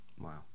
wow